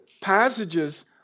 passages